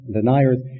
deniers